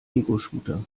egoshooter